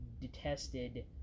detested